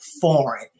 foreign